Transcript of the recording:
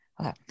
Okay